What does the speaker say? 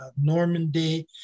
Normandy